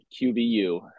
QBU